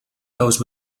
those